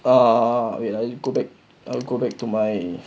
err wait ah I go back I go back to my